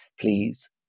Please